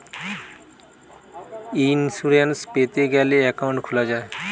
insurance পেতে গ্যালে account খুলা যায়